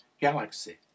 galaxy